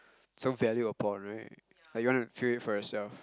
so valued upon right like you want to feel it for yourself